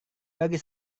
bagi